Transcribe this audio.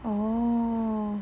oh